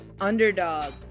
Underdog